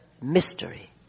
mystery